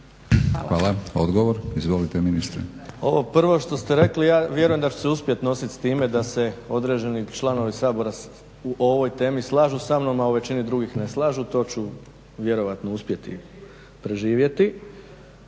Hvala. Odgovor, izvolite ministre. **Bauk, Arsen (SDP)** Ovo prvo što ste rekli ja vjerujem da ću se uspjeti nositi s time da se određeni članovi Sabora u ovoj temi slažu sa mnom, a u većini drugih ne slažu. To ću vjerojatno uspjeti preživjeti.